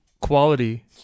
quality